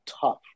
tough